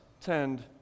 tend